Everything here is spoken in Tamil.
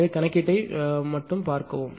எனவே கணக்கீட்டை மட்டும் பார்க்கவும்